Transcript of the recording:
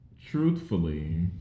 truthfully